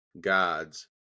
God's